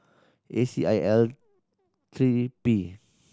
A C I L three P